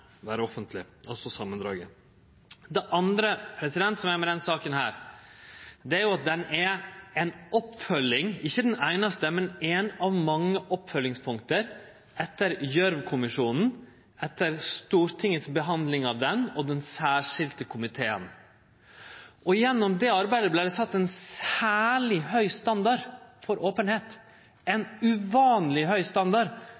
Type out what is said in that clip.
vere offentleg. Det andre med denne saka er at ho er ei oppfølging, eit oppfølgingspunkt – ikkje det einaste, men eit av mange – etter Stortingets behandling av rapporten frå Gjørv-kommisjonen og den særskilde komiteen. Gjennom det arbeidet vart det sett ein særleg høg standard for openheit